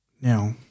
Now